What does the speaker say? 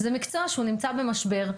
זה מקצוע שהוא נמצא במשבר.